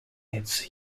its